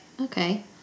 Okay